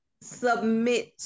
submit